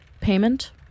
payment